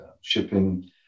shipping